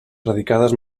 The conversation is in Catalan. radicades